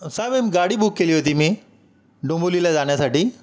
साहेब म् गाडी बुक केली होती मी डोंबवलीला जाण्यासाठी